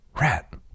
Rat